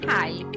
Hi